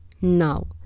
Now